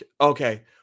Okay